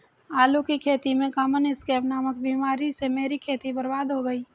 आलू की खेती में कॉमन स्कैब नामक बीमारी से मेरी खेती बर्बाद हो गई